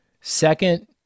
Second